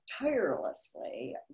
tirelessly